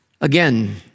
Again